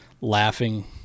laughing